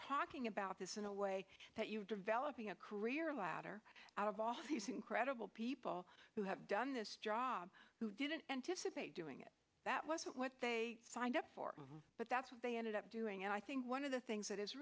talking about this in a way that you developing a career ladder out of all these incredible people who have done this job who didn't anticipate doing it that wasn't what they signed up for but that's what they ended up doing and i think one of the things that